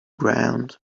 ground